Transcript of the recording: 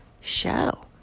show